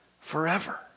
forever